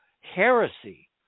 heresy